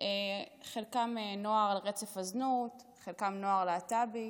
חלקם נוער על רצף הזנות, חלקם נוער להט"בי,